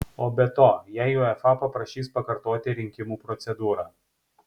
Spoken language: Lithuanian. o be to jei uefa paprašys pakartoti rinkimų procedūrą